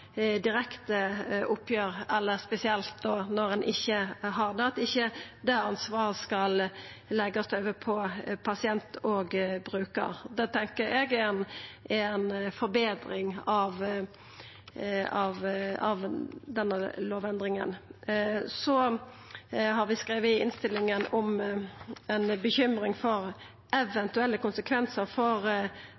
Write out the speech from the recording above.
direkte oppgjer – eller spesielt når ein ikkje har det, at det ansvaret ikkje skal leggjast over på pasienten og brukaren. Det meiner eg er ei forbetring med denne lovendringa. Så har vi skrive i innstillinga om ei bekymring for